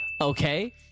Okay